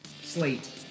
slate